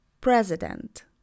president